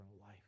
life